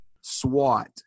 SWAT